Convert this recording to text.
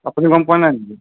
আপুনি গম পোৱা নাই নেকি